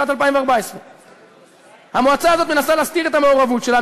משנת 2014. המועצה הזאת מנסה להסתיר את המעורבות שלה,